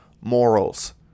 morals